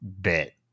bit